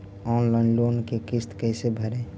Online loan के किस्त कैसे भरे?